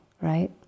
right